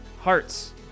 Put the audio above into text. hearts